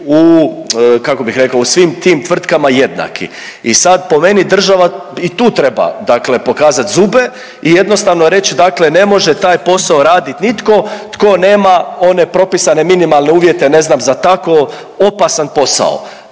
u svim tim tvrtkama jednaki i sad po meni država i tu treba dakle pokazat zube i jednostavno reć dakle ne može taj posao radit nitko tko nema one propisane minimalne uvjete ne znam za tako opasan posao.